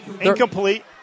Incomplete